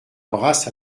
brasse